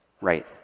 Right